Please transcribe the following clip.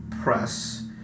press